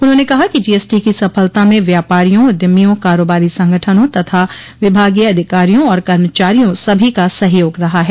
उन्होंने कहा कि जीएसटी की सफलता में व्यापारियों उद्यमियों कारोबारी संगठनों तथा विभागीय अधिकारियों और कर्मचारियों सभी का सहयोग रहा है